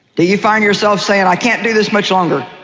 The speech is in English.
do you find yourself saying, i can't do this much longer?